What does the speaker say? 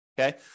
okay